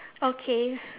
okay